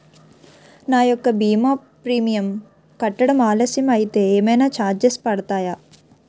నా యెక్క భీమా ప్రీమియం కట్టడం ఆలస్యం అయితే ఏమైనా చార్జెస్ పడతాయా?